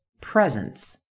presence